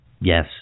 Yes